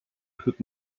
put